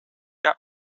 jag